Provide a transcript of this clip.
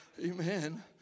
Amen